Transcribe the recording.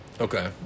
Okay